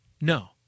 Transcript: No